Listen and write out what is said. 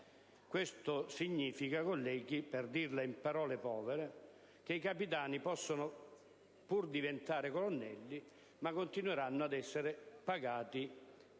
Questo significa, colleghi, per dirla in parole povere, che i capitani possono pur diventare colonnelli, ma continueranno ad essere